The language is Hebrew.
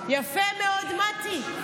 יפה מאוד, מטי.